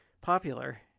popular